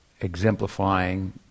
exemplifying